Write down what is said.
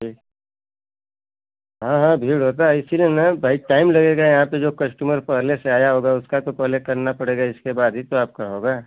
ठीक हाँ हाँ भीड़ होता है इसीलिए ना भई टाइम लगेगा यहाँ पर जो कश्टमर पहले से आया होगा उसका तो पहले करना पड़ेगा इसके बाद ही तो आपका होगा